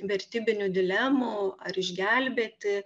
vertybinių dilemų ar išgelbėti